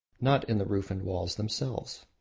not in the roof and walls themselves.